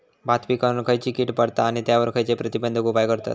भात पिकांवर खैयची कीड पडता आणि त्यावर खैयचे प्रतिबंधक उपाय करतत?